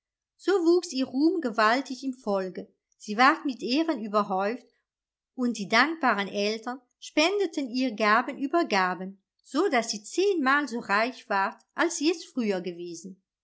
so wuchs ihr ruhm gewaltig im volke sie ward mit ehren überhäuft und die dankbaren eltern spendeten ihr gaben über gaben so daß sie zehnmal so reich ward als sie es früher gewesen